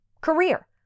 Career